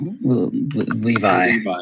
Levi